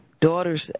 daughter's